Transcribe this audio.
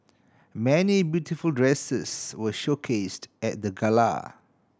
many beautiful dresses were showcased at the gala